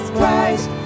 Christ